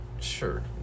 Sure